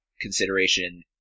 consideration